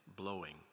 blowing